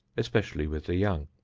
especially with the young.